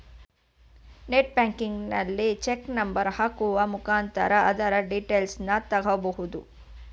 net ಬ್ಯಾಂಕಿಂಗಲ್ಲಿ cheque number ಹಾಕುವ ಮುಖಾಂತರ ಅದರ ಡೀಟೇಲ್ಸನ್ನ ತಗೊಬೋದು